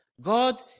God